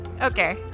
Okay